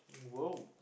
!woah!